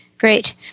Great